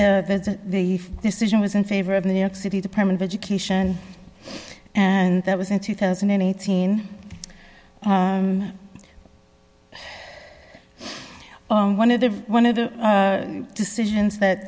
say the decision was in favor of new york city department of education and that was in two thousand and eighteen one of the one of the decisions that